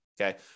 Okay